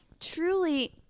truly